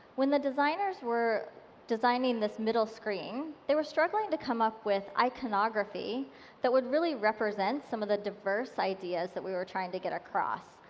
when the designers were designing this middle screen, they were struggling to come up with iconography that would really represent some of the diverse ideas that we were trying to get across.